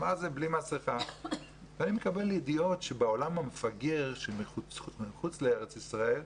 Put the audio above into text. נאי מקבל ידיעות שבעולם המפגר שמחוץ לארץ ישראל,